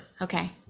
Okay